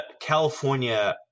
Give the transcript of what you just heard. California